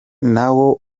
nawo